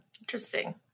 Interesting